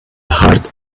hard